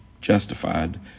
justified